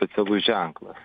specialus ženklas